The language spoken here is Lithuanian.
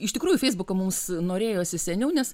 iš tikrųjų feisbuką mums norėjosi seniau nes